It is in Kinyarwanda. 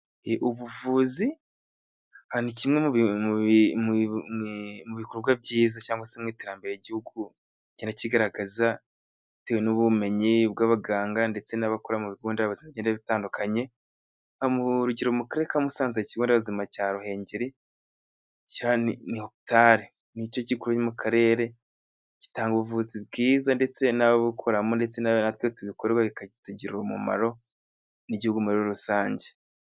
Ubuvuzi ni kimwe mu bikorwa byiza cyangwa se mu iterambere ry'igihugu， bigenda byigaragaza bitewe n'ubumenyi bw'abaganga， ndetse n'abakora mu bigo nderabuzima bigenda bitandukanye，urugero mu karere ka Musanze ikigo nderabuzima cya Ruhengeri，kiriya ni hopitari，nicyo gikuru mu karere，gitanga ubuvuzi bwiza ndetse n'ababukoramo， ndetse na natwe tubikorerwa bikatugirira umumaro n'igihugu muri rusange.